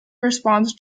responds